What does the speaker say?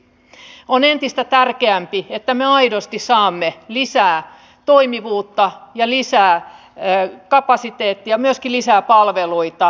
valtiovarainvaliokunta kiinnittää huomiota siihen että puolustusvoimauudistus rahoitettiin pitkälti puolustusmateriaalihankintojen kustannuksella ja toiminnasta tinkimällä